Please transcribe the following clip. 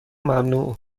ممنوع